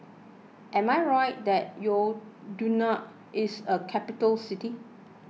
am I right that you do not is a capital city